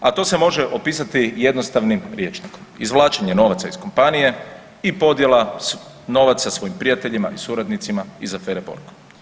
A to se može opisati jednostavnim rječnikom, izvlačenjem novaca iz kompanije i podjela novaca svojim prijateljima i suradnicima iz afere Borgo.